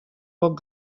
pot